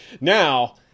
Now